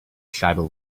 tribal